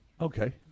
Okay